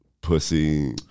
Pussy